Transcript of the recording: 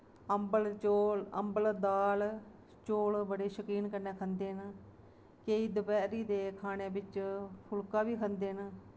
अम्बल चौल अम्बल दाल चौल बड़ी शकीन कन्नै खंदे न केईं दपैह्रीं दे खाने बिच फुल्का बी खंदे न